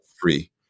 free